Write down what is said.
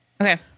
okay